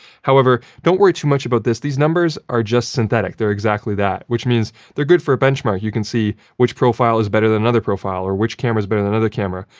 however, don't worry too much about this. these numbers are just synthetic. they're exactly that, which means they're good for a benchmark, so you can see which profile is better than another profile, or which camera is better than another camera,